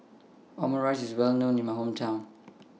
Omurice IS Well known in My Hometown